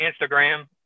Instagram